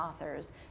authors